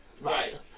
Right